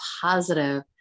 positive